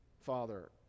Father